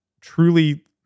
truly